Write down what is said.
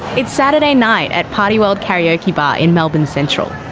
it's saturday night at party world karaoke bar in melbourne central.